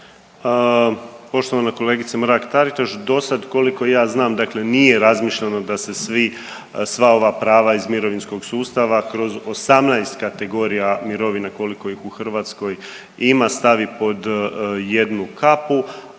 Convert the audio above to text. Poštovana kolegice Mrak-Taritaš, dosad koliko ja znam dakle nije razmišljeno da se svi, sva ova prava iz mirovinskog sustava kroz 18 kategorija mirovina koliko ih u Hrvatskoj ima stavi pod jednu kapu,